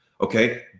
okay